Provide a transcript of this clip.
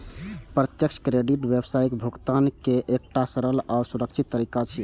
प्रत्यक्ष क्रेडिट व्यावसायिक भुगतान के एकटा सरल आ सुरक्षित तरीका छियै